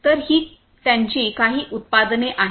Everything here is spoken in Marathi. तर ही त्यांची काही उत्पादने आहेत